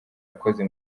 yakoze